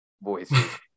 voice